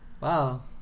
Wow